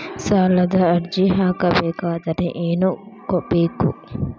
ಸಾಲದ ಅರ್ಜಿ ಹಾಕಬೇಕಾದರೆ ಏನು ಬೇಕು?